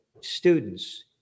students